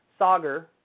Sager